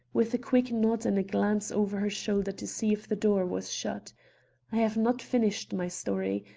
with a quick nod and a glance over her shoulder to see if the door was shut. i have not finished my story.